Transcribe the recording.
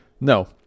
No